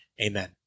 Amen